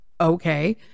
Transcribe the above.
okay